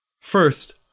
First